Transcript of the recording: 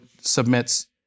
submits